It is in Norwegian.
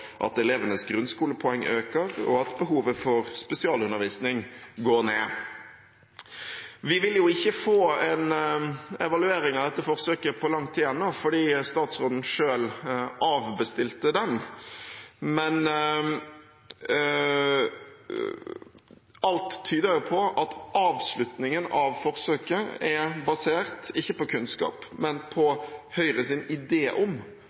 at elevenes grunnskolepoeng øker, og at behovet for spesialundervisning går ned. Vi vil ikke få en evaluering av dette forsøket på lang tid ennå, fordi statsråden selv avbestilte den, men alt tyder på at avslutningen av forsøket er basert ikke på kunnskap, men på Høyres idé om